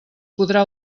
podrà